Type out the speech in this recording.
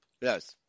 Yes